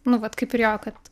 nu vat kaip ir jo kad